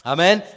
Amen